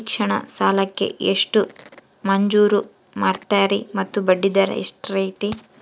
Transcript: ಶಿಕ್ಷಣ ಸಾಲಕ್ಕೆ ಎಷ್ಟು ಮಂಜೂರು ಮಾಡ್ತೇರಿ ಮತ್ತು ಬಡ್ಡಿದರ ಎಷ್ಟಿರ್ತೈತೆ?